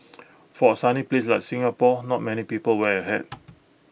for A sunny place like Singapore not many people wear A hat